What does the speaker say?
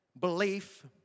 belief